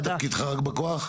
מה תפקידך בכוח?